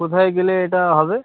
কোথায় গেলে এটা হবে